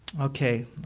Okay